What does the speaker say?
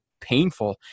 painful